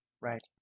Right